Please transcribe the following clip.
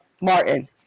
Martin